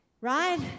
right